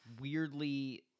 weirdly